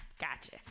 gotcha